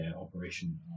operation